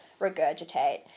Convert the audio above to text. regurgitate